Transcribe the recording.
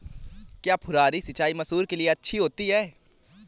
क्या फुहारी सिंचाई मसूर के लिए अच्छी होती है?